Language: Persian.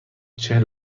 چهل